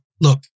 look